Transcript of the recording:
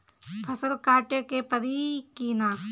फसल काटे के परी कि न?